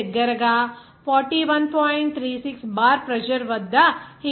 36 bar pressure వద్ద heat చేయాలి